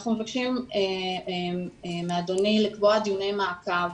אנחנו מבקשים מאדוני לקבוע דיוני מעקב,